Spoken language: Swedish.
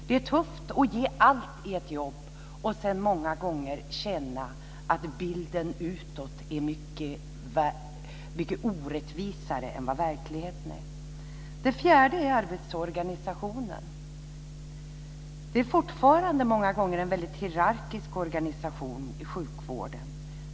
Det är tufft att ge allt i ett jobb och sedan många gånger känna att bilden utåt är mycket orättvis i förhållande till verkligheten. En fjärde sak är arbetsorganisationen. Det är fortfarande många gånger en väldigt hierarkisk organisation i sjukvården.